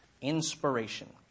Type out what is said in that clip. Inspiration